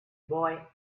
boy